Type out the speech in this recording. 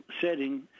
setting